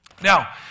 Now